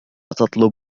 تطلب